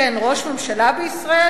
שאין ראש ממשלה בישראל?